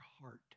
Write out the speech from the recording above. heart